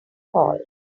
hall